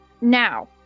Now